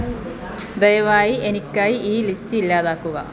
ദയവായി എനിക്കായി ഈ ലിസ്റ്റ് ഇല്ലാതാക്കുക